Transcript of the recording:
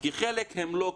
כי חלק הם לא ככה.